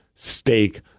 Steak